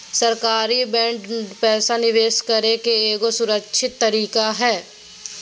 सरकारी बांड पैसा निवेश करे के एगो सुरक्षित तरीका हय